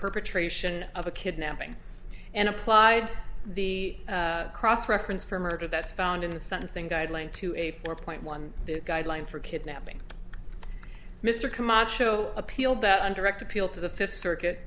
perpetration of a kidnapping and applied the cross reference for murder that's found in the sentencing guideline to a four point one guideline for kidnapping mr camacho appealed that indirect appeal to the fifth circuit